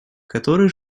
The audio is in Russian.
который